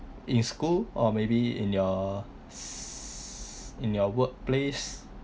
in school or maybe in your in your workplace